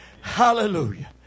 Hallelujah